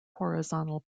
horizontal